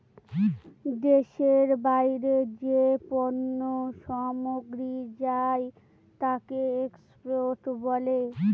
দেশের বাইরে যে পণ্য সামগ্রী যায় তাকে এক্সপোর্ট বলে